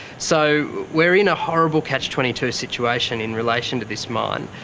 so we're in a horrible catch twenty two situation in relation to this mine.